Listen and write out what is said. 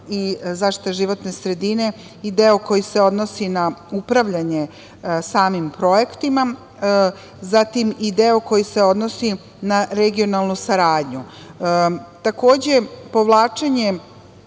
i zaštite životne sredine, i deo koji se odnosi na upravljanje samim projektima, zatim i deo koji se odnosi na regionalnu saradnju. Takođe, povlačenje,